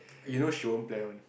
you know she won't plan one